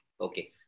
Okay